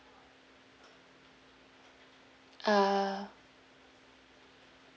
uh